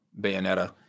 Bayonetta